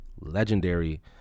legendary